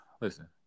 Listen